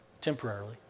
temporarily